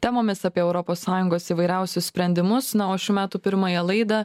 temomis apie europos sąjungos įvairiausius sprendimus na o šių metų pirmąją laidą